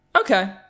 Okay